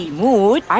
mood